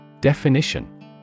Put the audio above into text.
Definition